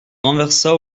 renversa